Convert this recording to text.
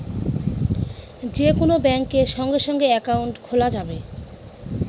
যে কোন ব্যাঙ্কে সঙ্গে সঙ্গে একাউন্ট খোলা যাবে